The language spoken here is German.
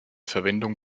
verwendung